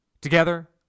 Together